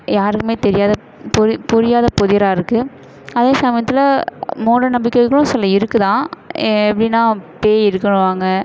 யாருக்குமே தெரியாத புரி புரியாத புதிராக இருக்குது அதே சமயத்தில் மூட நம்பிக்கைகளும் சில இருக்குது தான் எப்படினா பேய் இருக்குதுன்னுவாங்க